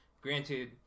Granted